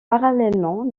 parallèlement